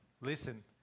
Listen